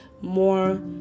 more